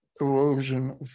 erosion